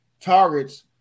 targets